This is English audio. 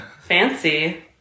fancy